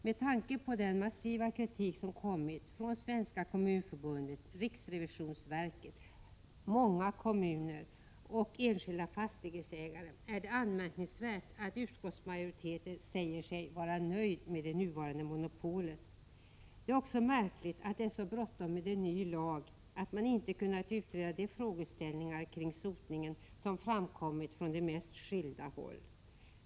Med tanke på den massiva kritik som kommit från Svenska kommunförbundet, riksrevisionsverket, många kommuner och enskilda fastighetsägare är det anmärkningsvärt att utskottsmajoriteten säger sig vara nöjd med det nuvarande monopolet. Det är också märkligt att det är så bråttom med en ny lag att man inte kunnat utreda de frågeställningar kring sotningen som framförts från de mest skilda håll.